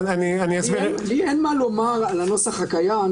אינן נתונות לביקורת מנהלית לפי כללים שקבע בית המשפט